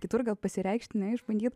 kitur gal pasireikšti ne išbandyt